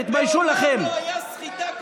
תתביישו לכם.